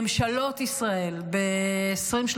ממשלות ישראל ב-20,